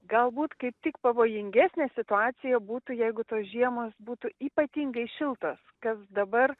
galbūt kaip tik pavojingesnė situacija būtų jeigu tos žiemos būtų ypatingai šiltos kas dabar